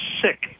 sick –